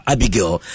Abigail